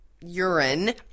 urine